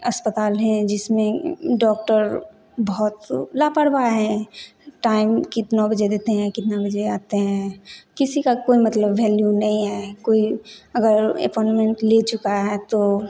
अस्पताल हैं जिसमें डॉक्टर बहुत लापरवाह हैं टाइम कितना बजे देते हैं कितना बजे आते हैं किसी का कोई मतलब वैल्यू नहीं है कोई अगर अपॉइंटमेंट ले चुका है तो